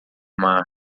mar